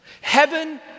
Heaven